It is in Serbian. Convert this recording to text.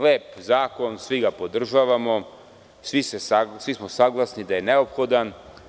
Lep zakon, svi ga podržavamo, svi smo saglasni da je neophodan.